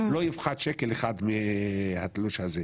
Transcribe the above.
לא יפחת שקל אחד מהתלוש הזה.